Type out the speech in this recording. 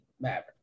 Maverick